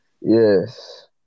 Yes